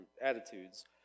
attitudes